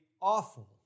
awful